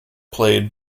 played